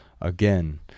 again